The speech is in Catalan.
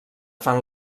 fan